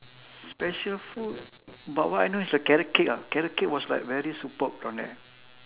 special food but what I know is the carrot cake ah carrot cake was like very superb down there